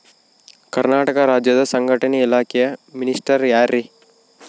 ಕರ್ನಾಟಕ ರಾಜ್ಯದ ಸಂಘಟನೆ ಇಲಾಖೆಯ ಮಿನಿಸ್ಟರ್ ಯಾರ್ರಿ?